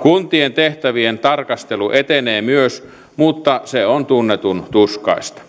kuntien tehtävien tarkastelu etenee myös mutta se on tunnetun tuskaista